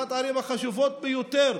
אחת הערים החשובות ביותר